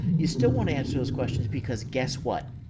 you still want to answer those questions because guess what?